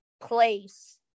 place